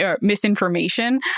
misinformation